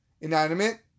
inanimate